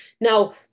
Now